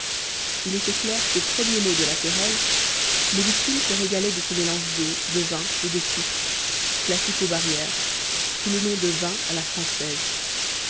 il était clair qu'aux premiers mots de la querelle les victimes se régalaient de ce mélange d'eau de vin et de sucre classique aux barrières sous le nom de vin à la française